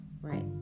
right